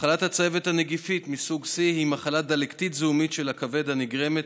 מחלת הצהבת הנגיפית מסוג C היא מחלה דלקתית זיהומית של הכבד הנגרמת